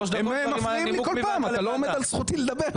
אופיר,